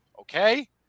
okay